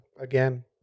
again